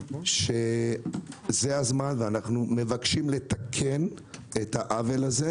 שזה הזמן אנו מבקשים לתקן את העוול הזה,